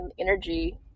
energy